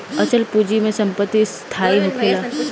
अचल पूंजी में संपत्ति स्थाई होखेला